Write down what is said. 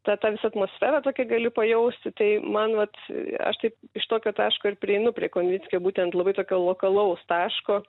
ta tamsią atmosferą tokią gali pajausti tai man vat aš taip iš tokio taško ir prieinu prie konvickio būtent labai tokio lokalaus taško